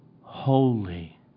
holy